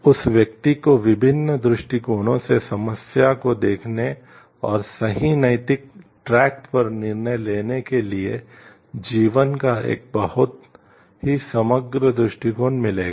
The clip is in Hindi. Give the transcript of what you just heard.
उस व्यक्ति को विभिन्न दृष्टिकोणों से समस्या को देखने और सही नैतिक ट्रैक पर निर्णय लेने के लिए जीवन का एक बहुत ही समग्र दृष्टिकोण मिलेगा